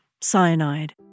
cyanide